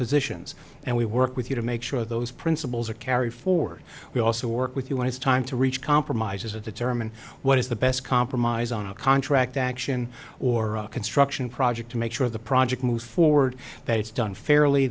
positions and we work with you to make sure those principles are carried forward we also work with you when it's time to reach compromises or determine what is the best compromise on a contract action or a construction project to make sure the project moves forward that it's done fairly